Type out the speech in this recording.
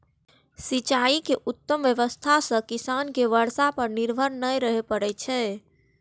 सिंचाइ के उत्तम व्यवस्था सं किसान कें बर्षा पर निर्भर नै रहय पड़ै छै